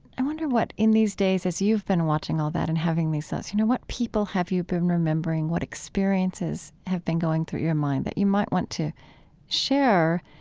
i wonder what in these days, as you've been watching all that and having these thoughts, you know what, people have you been remembering, what experiences have been going through your mind that you might want to share,